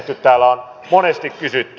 täällä on monesti kysytty